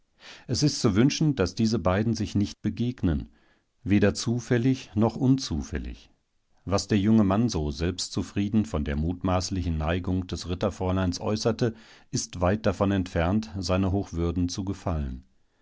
es ist zu wünschen daß diese beiden sich nicht begegnen weder zufällig noch unzufällig was der junge mann so selbstzufrieden von der mutmaßlichen neigung des ritterfräuleins äußerte ist weit davon entfernt seiner hochwürden zu gefallen